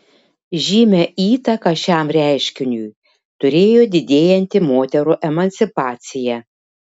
žymią įtaką šiam reiškiniui turėjo didėjanti moterų emancipacija